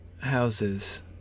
houses